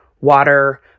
water